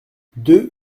deux